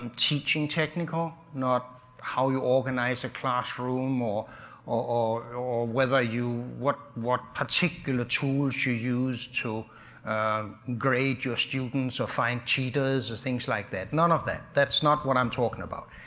um teaching technical, not how you organize a classroom or or whether you, what what particular tools you use to grade your students or find cheaters or things like that, none of that, that's not what i'm talking about.